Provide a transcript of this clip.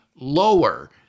lower